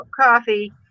coffee